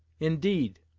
indeed,